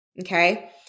Okay